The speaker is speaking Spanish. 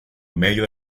medio